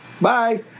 Bye